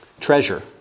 treasure